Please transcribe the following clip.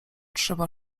trzeba